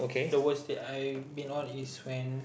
the worst date I've been on is when